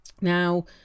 now